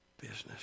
business